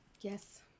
Yes